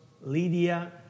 Lydia